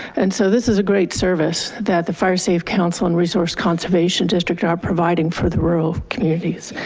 and so this is a great service that the firesafe council and resource conservation district are providing for the rural communities.